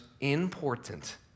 important